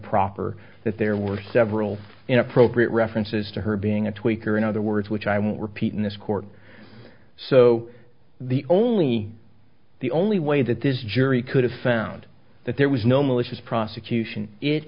improper that there were several inappropriate references to her being a tweaker in other words which i won't repeat in this court so the only the only way that this jury could have found that there was no malicious prosecution it